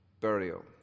burial